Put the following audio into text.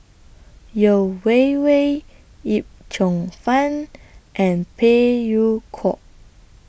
Yeo Wei Wei Yip Cheong Fun and Phey Yew Kok